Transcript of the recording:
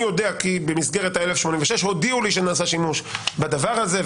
אני יודע כי במסגרת ה-1,086 הודיעו לי שנעשה שימוש בדבר הזה,